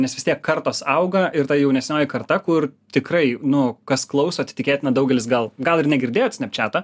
nes vis tiek kartos auga ir ta jaunesnioji karta kur tikrai nu kas klauso tikėtina daugelis gal gal ir negirdėjot snepčato